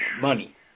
money